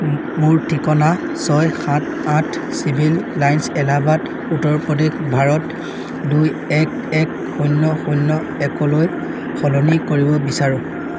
মোৰ ঠিকনা ছয় সাত আঠ চিভিল এলাইন্স এলাহাবাদ উত্তৰ প্ৰদেশ ভাৰত দুই এক এক শূন্য শূন্য একলৈ সলনি কৰিব বিচাৰোঁ